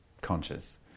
conscious